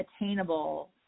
attainable